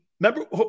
Remember